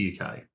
UK